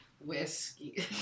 whiskey